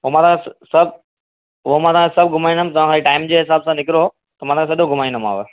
हुन महिल सभु हुन महिल सभु घुमाईंदमि तव्हां वरी टाइम जे हिसाब सां निकिरो माना सॼो घुमाईंदोमांव